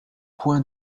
point